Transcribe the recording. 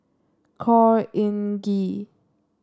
Khor Ean Ghee